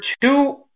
two –